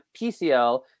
PCL